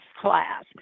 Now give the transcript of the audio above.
class